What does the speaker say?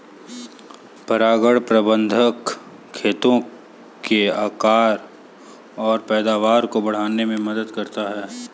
परागण प्रबंधन खेतों के आकार और पैदावार को बढ़ाने में मदद करता है